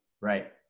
Right